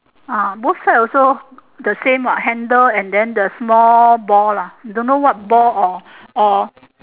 ah both side also the same what handle and then the small ball lah don't know what ball or or